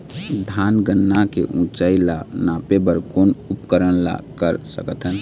धान गन्ना के ऊंचाई ला नापे बर कोन उपकरण ला कर सकथन?